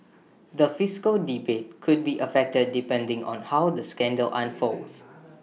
the fiscal debate could be affected depending on how the scandal unfolds